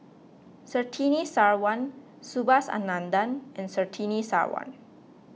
Surtini Sarwan Subhas Anandan and Surtini Sarwan